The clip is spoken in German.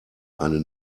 eine